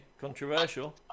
Controversial